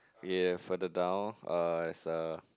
yea further down uh it's a